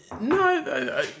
No